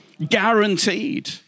Guaranteed